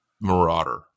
Marauder